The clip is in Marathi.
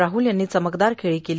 राहल यांनी चमकदार खेळी केली